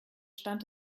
stand